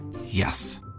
Yes